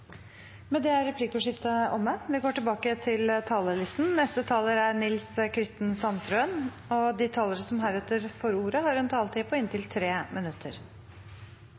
med jamne mellomrom. Med det er replikkordskiftet omme. De talere som heretter får ordet, har en taletid på inntil 3 minutter. Som representanten Sjåstad fortalte, har Arbeiderpartiet vært med på